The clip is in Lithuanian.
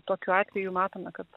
tokiu atveju matome kad